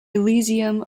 elysium